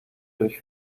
durch